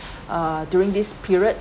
uh during this period